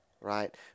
right